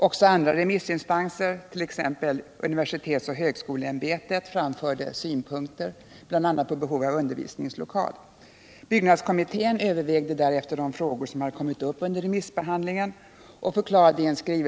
Också andra remissinstanser, t.ex. universitets och högskoleämbetet, framförde synpunkter, bl.a. på behovet av undervisningslokaler.